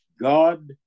God